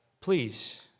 please